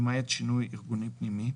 למעט שינוי ארגוני פנימי.